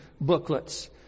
booklets